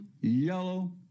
yellow